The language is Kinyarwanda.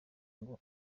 ngo